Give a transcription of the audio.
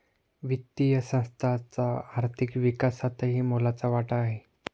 वित्तीय संस्थांचा आर्थिक विकासातही मोलाचा वाटा आहे